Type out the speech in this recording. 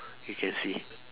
you can see